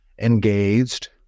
engaged